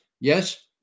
Yes